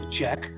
check